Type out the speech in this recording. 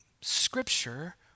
Scripture